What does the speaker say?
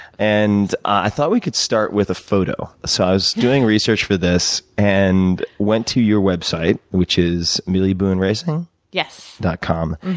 and i thought we could start with a photo. so, i was doing research for this, and went to your website, which is ameliabooneracing dot com?